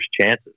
chances